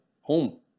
home